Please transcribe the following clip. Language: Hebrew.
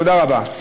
תודה רבה.